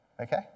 okay